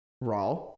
raw